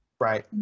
right